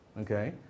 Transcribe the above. Okay